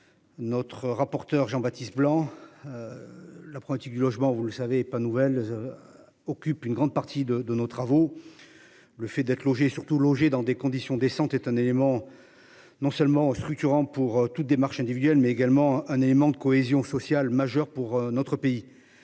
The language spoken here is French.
Notre rapporteur Jean-Baptiste Blanc. La politique du logement, vous le savez pas nouvelle. Occupe une grande partie de de nos travaux. Le fait d'être logés surtout logés dans des conditions décentes, est un élément. Non seulement structurant pour toute démarche individuelle mais également un élément de cohésion sociale majeure pour notre pays.